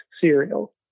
cereal